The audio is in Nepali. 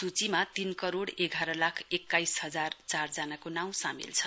सूचीमा तीन करोड़ एघार लाख एक्काइस हजार चार जनाको नाम सामेल छ